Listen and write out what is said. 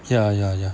ya ya ya